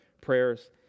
prayers